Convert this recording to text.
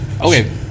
okay